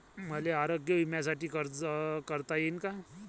मले आरोग्य बिम्यासाठी अर्ज करता येईन का?